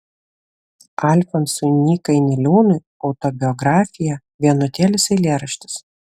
alfonsui nykai niliūnui autobiografija vienutėlis eilėraštis